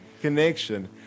Connection